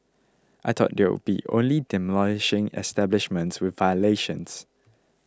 I thought they'll be only demolishing establishments with violations